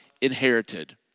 inherited